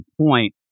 point